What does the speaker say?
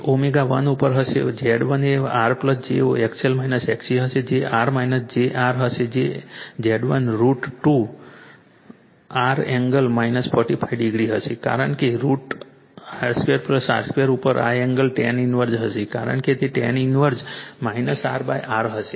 એક ω1 ઉપર હશે Z1 જે R j XL XC હશે જે R jR હશે જે Z1 √ 2 R એંગલ 45 ડિગ્રી હશે કારણ કે √ R 2 R 2 ઉપર અને એંગલ tan 1 હશે કારણ કે તે ટેન ઇન્વર્સ RR હશે